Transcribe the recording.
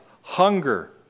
hunger